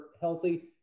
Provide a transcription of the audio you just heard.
healthy